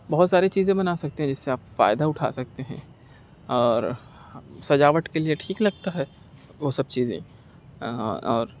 بہت ساری چیزیں بنا سکتے ہیں جس سے آپ فائدہ اٹھا سکتے ہیں اور سجاوٹ کے لیے ٹھیک لگتا ہے وہ سب چیزیں اور